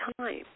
time